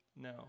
No